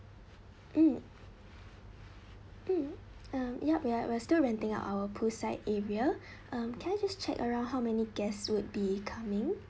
mm mm um yup ya we are still renting our poolside area um can I just check around how many guests would be coming